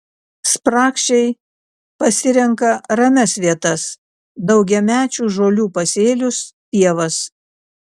spragšiai pasirenka ramias vietas daugiamečių žolių pasėlius pievas